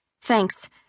Thanks